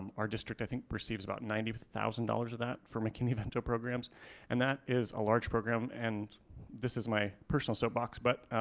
um our district i think receives about ninety thousand dollars of that for mckinney vento programs and that is a large program and this is my personal soapbox but